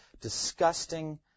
disgusting